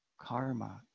karma